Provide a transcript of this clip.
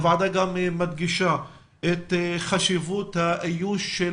הוועדה גם מדגישה את חשיבות האיוש של